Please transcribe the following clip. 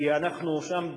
כי אנחנו שם,